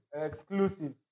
Exclusive